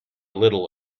little